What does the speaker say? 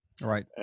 Right